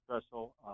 special